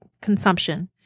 consumption